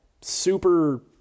super